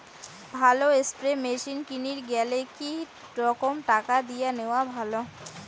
ভালো spray machine কিনির গেলে কি রকম টাকা দিয়া নেওয়া ভালো?